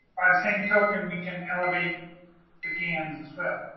same token, we can elevate the gans as well?